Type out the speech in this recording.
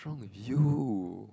you